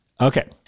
Okay